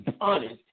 Honest